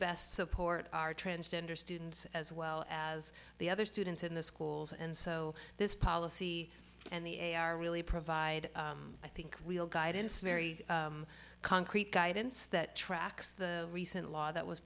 best support our transgender students as well as the other students in the schools and so this policy and the a are really provide i think we'll guidance very concrete guidance that tracks the recent law that was